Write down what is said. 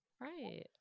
Right